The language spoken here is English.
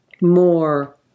more